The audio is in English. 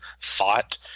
thought